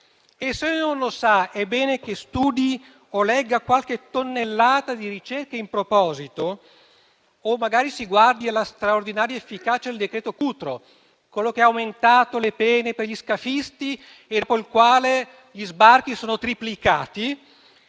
e se non lo sa, è bene che studi o legga qualche tonnellata di ricerche in proposito o magari guardi la straordinaria efficacia del decreto Cutro, quello che ha aumentato le pene per gli scafisti e dopo il quale gli sbarchi sono triplicati